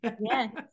Yes